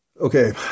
Okay